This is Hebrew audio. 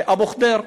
אבו ח'דיר.